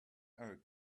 out